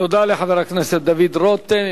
תודה לחבר-הכנסת דוד רותם.